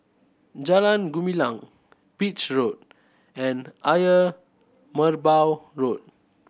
Jalan Gumilang Beach Road and Ayer Merbau Road